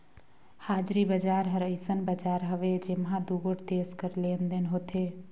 हाजरी बजार हर अइसन बजार हवे जेम्हां दुगोट देस कर लेन देन होथे